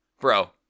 bro